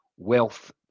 Wealth